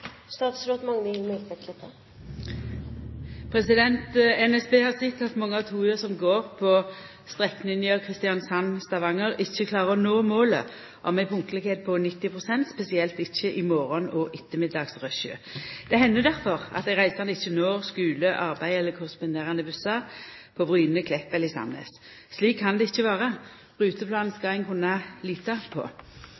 NSB har sett at mange av toga som går på strekninga Kristiansand–Stavanger, ikkje klarer å nå målet om ei punktlegheit på 90 pst., spesielt ikkje i morgon- og ettermiddagsrushet. Det hender difor at dei reisande ikkje når skule, arbeid eller korresponderande bussar på Bryne, på Klepp eller i Sandnes. Slik kan det ikkje vera. Ruteplanen